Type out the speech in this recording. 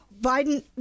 Biden